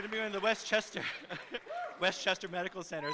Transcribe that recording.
you to be on the west chester westchester medical center